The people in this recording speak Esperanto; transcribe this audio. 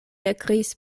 ekkriis